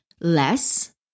less